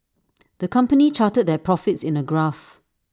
the company charted their profits in A graph